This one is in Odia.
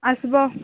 ଆସିବ